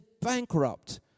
bankrupt